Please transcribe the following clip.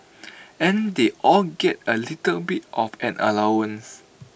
and they all get A little bit of an allowance